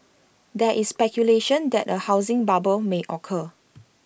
there is speculation that A housing bubble may occur